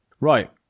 Right